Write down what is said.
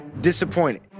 disappointed